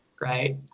right